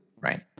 right